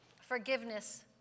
forgiveness